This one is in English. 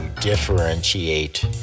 differentiate